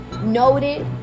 noted